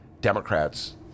Democrats